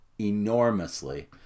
enormously